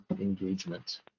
engagement